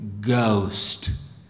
Ghost